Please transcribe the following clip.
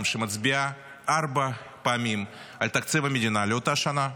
שמצביעה ארבע פעמים על תקציב המדינה לאותה שנה.